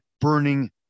burning